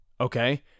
okay